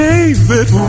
David